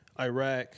Iraq